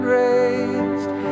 raised